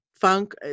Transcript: funk